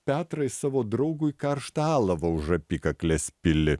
petrai savo draugui karštą alavą už apykaklės pili